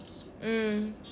mm